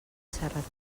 serrateix